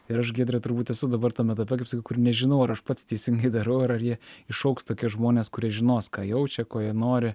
ir aš giedrė turbūt esu dabar tame etape kaip sakiau kur nežinau ar aš pats teisingai darau ar jie išaugs tokie žmonės kurie žinos ką jaučia ko jie nori